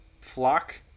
Flock